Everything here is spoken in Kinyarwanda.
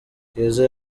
keza